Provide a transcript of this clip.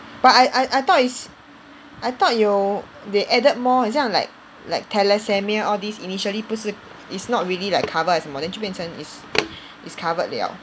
but I I I thought is I thought 有 they added more 很像 like like Thalassemia all these initially 不是 it's not really like covered 还是什么 then 就变成 like it's it's covered liao